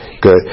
Good